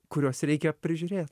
kuriuos reikia prižiūrėt